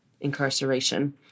incarceration